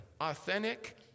authentic